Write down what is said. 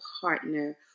partner